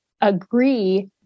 agree